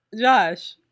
Josh